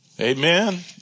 Amen